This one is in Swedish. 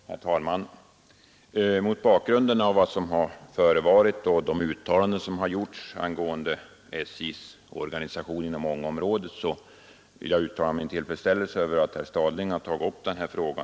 Herr talman! Mot bakgrunden av vad som förevarit och de uttalanden som gjorts angående SJ:s organisation inom Ångeområdet vill jag uttrycka min tillfredsställelse över att herr Stadling tagit upp denna fråga.